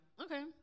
okay